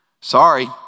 Sorry